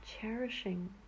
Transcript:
cherishing